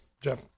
Jeff